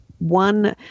one